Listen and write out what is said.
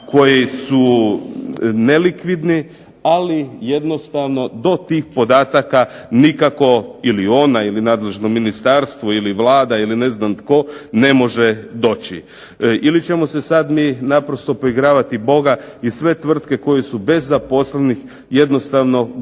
koji su nelikvidni, ali jednostavno do tih podataka nikako ili ona ili nadležno ministarstvo ili Vlada ili ne znam tko ne može doći. Ili ćemo se sad mi naprosto poigravati Boga i sve tvrtke koje su bez zaposlenih jednostavno gurati